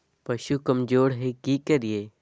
पशु कमज़ोर है कि करिये?